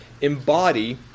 embody